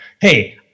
Hey